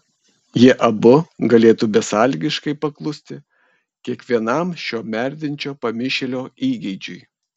jie abu galėtų besąlygiškai paklusti kiekvienam šio merdinčio pamišėlio įgeidžiui